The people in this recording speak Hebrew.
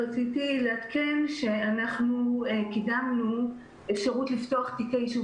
רציתי לעדכן שאנחנו קידמנו אפשרות לפתוח תיקי יישוב